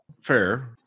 Fair